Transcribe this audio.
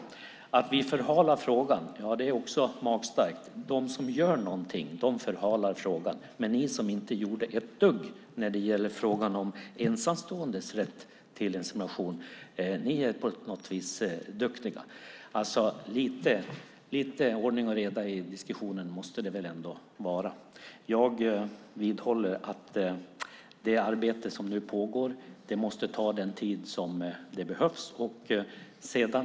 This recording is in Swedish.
Att säga att vi förhalar frågan är också magstarkt. De som gör någonting förhalar frågan, men ni som inte gjorde ett dugg när det gäller frågan om ensamståendes rätt till insemination är på något vis duktiga. Lite ordning och reda i diskussionen måste det väl ändå vara. Jag vidhåller att det arbete som nu pågår måste ta den tid som behövs.